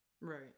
right